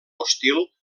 hostil